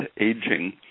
aging